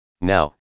Now